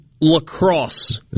lacrosse